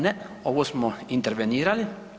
Ne, ovo smo intervenirali.